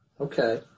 Okay